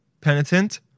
Penitent